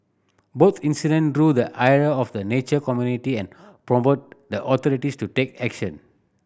both incident drew the ire of the nature community and prompted the authorities to take action